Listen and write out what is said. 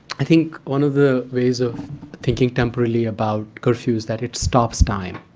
i think one of the ways of thinking temporally about curfew is that it stops time.